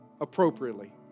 appropriately